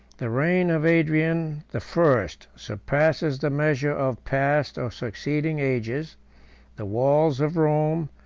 the reign of adrian the first surpasses the measure of past or succeeding ages the walls of rome,